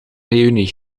reünie